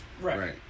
Right